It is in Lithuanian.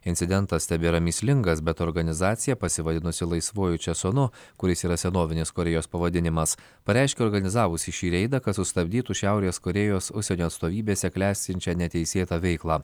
incidentas tebėra mįslingas bet organizacija pasivadinusi laisvoju česonu kuris yra senovinės korėjos pavadinimas pareiškė organizavusi šį reidą kad sustabdytų šiaurės korėjos užsienio atstovybėse klestinčią neteisėtą veiklą